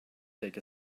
take